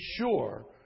sure